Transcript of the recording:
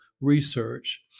research